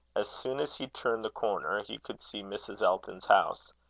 as soon as he turned the corner, he could see mrs. elton's house.